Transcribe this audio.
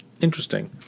Interesting